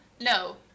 No